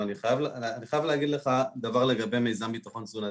אבל אני חייב להגיד לך דבר לגבי מיזם ביטחון תזונתי.